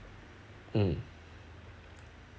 mm